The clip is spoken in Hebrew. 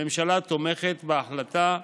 הממשלה תומכת בהחלטה,